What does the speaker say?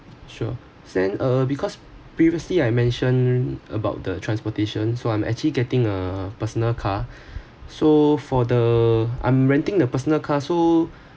sure send uh because previously I mention about the transportation so I'm actually getting a personal car so for the I'm renting the personal car so